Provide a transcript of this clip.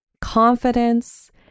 confidence